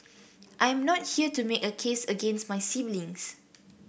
I'm not here to make a case against my siblings